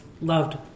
loved